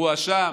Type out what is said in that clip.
אירוע שם,